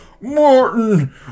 Martin